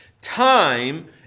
Time